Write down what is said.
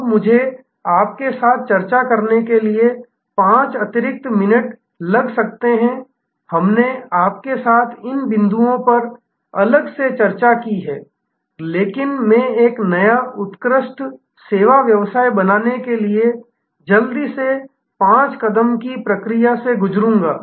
अब मुझे आपके साथ चर्चा करने के लिए 5 अतिरिक्त मिनट लग सकता हैं हमने आपके साथ इन बिंदुओं पर अलग से चर्चा की है लेकिन मैं एक नया उत्कृष्ट सेवा व्यवसाय बनाने के लिए जल्दी से पाँच कदम की प्रक्रिया से गुजरूंगा